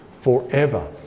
forever